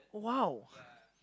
!wow!